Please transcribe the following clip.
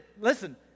Listen